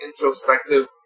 introspective